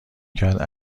کرد